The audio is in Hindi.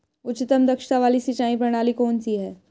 उच्चतम दक्षता वाली सिंचाई प्रणाली कौन सी है?